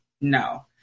No